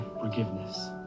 forgiveness